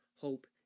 Hope